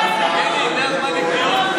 הנורבגים, יש לכם ייצוג של ההסתדרות?